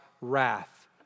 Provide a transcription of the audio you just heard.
wrath